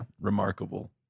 remarkable